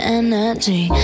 energy